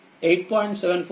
74ఆంపియర్